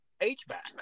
H-back